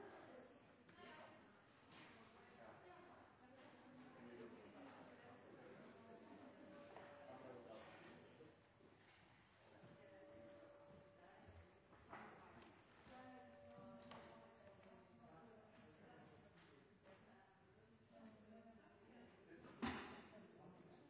Nå er det